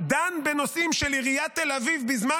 דן בנושאים של עיריית תל אביב בזמן